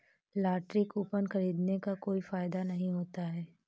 lottery coupon खरीदने का कोई फायदा नहीं होता है